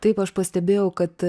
taip aš pastebėjau kad